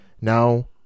now